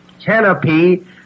canopy